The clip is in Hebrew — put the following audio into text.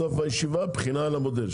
בסוף הישיבה בחינה על המודל,